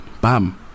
Bam